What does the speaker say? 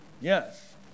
Yes